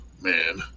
man